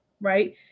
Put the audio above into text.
right